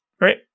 Right